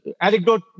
anecdote